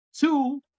Two